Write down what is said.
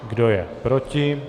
Kdo je proti?